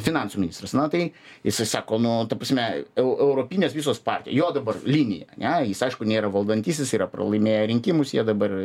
finansų ministras na tai jisai sako nu ta prasme eu europinės visos jo dabar linija ane jis aišku nėra valdantysis yra pralaimėję rinkimus jie dabar